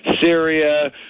Syria